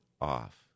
off